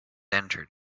entered